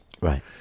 Right